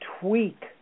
tweak